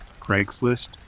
Craigslist